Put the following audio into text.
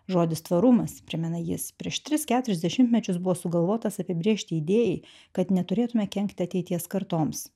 žodis tvarumas primena jis prieš tris keturis dešimtmečius buvo sugalvotas apibrėžti idėjai kad neturėtume kenkti ateities kartoms